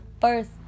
first